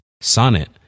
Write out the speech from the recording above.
Sonnet